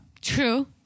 True